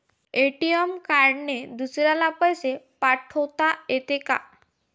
ATM कार्डने दुसऱ्याले पैसे पाठोता येते का?